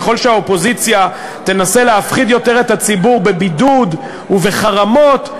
ככל שהאופוזיציה תנסה יותר להפחיד את הציבור בבידוד ובחרמות,